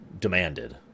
demanded